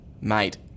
mate